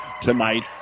tonight